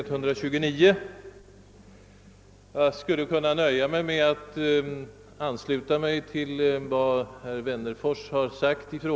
Jag skulle kunna i stort sett nöja mig med att instämma i vad bla. herr Wennerfors sagt i detta ärende.